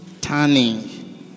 turning